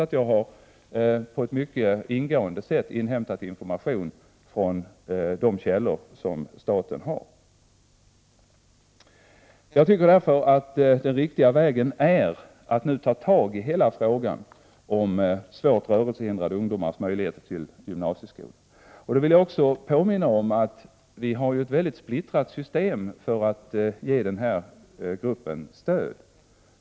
Ändå har jag inhämtat mycket ingående information från de källor som staten har. Jag tycker därför att det är riktigt att nu ta tag i hela frågan om svårt rörelsehindrade ungdomars möjligheter att få gymnasieutbildning. I detta sammanhang vill jag påminna om att vi har ett mycket splittrat system när det gäller att ge den här gruppen stöd.